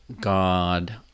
god